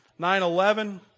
9-11